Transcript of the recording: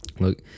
Look